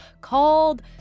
called